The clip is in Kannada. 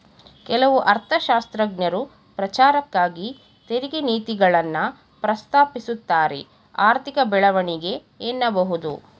ಕೆಲವು ಅರ್ಥಶಾಸ್ತ್ರಜ್ಞರು ಪ್ರಚಾರಕ್ಕಾಗಿ ತೆರಿಗೆ ನೀತಿಗಳನ್ನ ಪ್ರಸ್ತಾಪಿಸುತ್ತಾರೆಆರ್ಥಿಕ ಬೆಳವಣಿಗೆ ಎನ್ನಬಹುದು